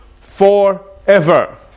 forever